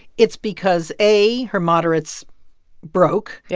it's because, a, her moderates broke, yeah